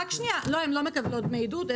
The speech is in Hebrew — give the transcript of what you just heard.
לא, הן לא מקבלות דמי עידוד.